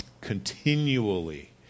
continually